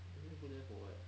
then you put there for what